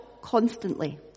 constantly